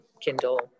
Kindle